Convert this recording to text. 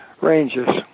ranges